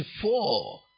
four